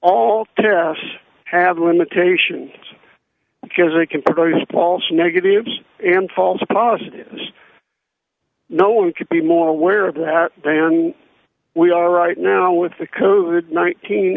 tests have limitations because they can produce balls negatives and false positives no one could be more aware of that than we are right now with the code nineteen